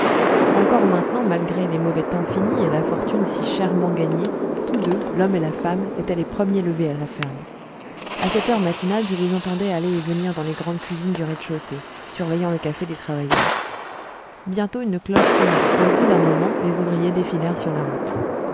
encore maintenant malgré les mauvais temps finis et la fortune si chèrement gagnée tous deux l'homme et la femme étaient les premiers levés à la ferme à cette heure matinale je les entendais aller et venir dans les grandes cuisines du rez-de-chaussée surveillant le café des travailleurs bientôt une cloche sonna et au bout d'un moment les ouvriers défilèrent sur la route